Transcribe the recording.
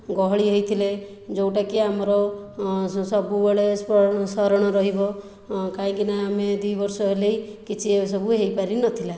ଗହଳି ହୋଇଥିଲେ ଯେଉଁଟାକି ଆମର ସବୁବେଳେ ସ୍ମରଣ ସ୍ମରଣ ରହିବ କାହିଁକିନା ଆମେ ଦୁଇବର୍ଷ ହେଲାଣି କିଛି ଏ ସବୁ ହୋଇପାରିନଥିଲା